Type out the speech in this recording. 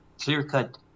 clear-cut